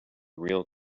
real